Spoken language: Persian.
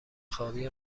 خوابی